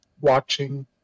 watching